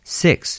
six